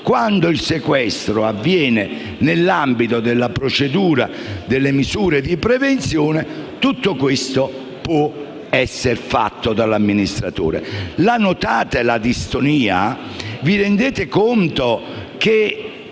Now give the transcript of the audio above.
invece il sequestro avviene nell'ambito della procedura per le misure di prevenzione, tutto questo può essere fatto dall'amministratore. Notate la distonia? Vi rendete conto che,